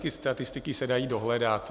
Ty statistiky se dají dohledat.